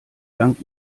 dank